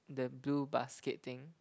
the blue basket thing